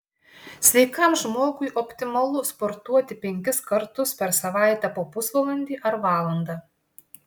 sveikam žmogui optimalu sportuoti penkis kartus per savaitę po pusvalandį ar valandą